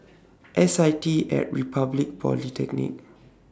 S I T At Republic Polytechnic